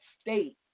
state